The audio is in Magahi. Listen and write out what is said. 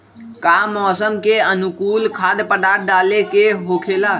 का मौसम के अनुकूल खाद्य पदार्थ डाले के होखेला?